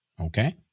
Okay